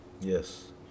Yes